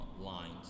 lines